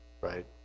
right